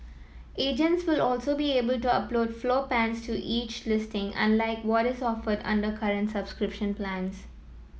agents will also be able to upload floor plans to each listing unlike what is offered under current subscription plans